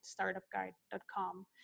startupguide.com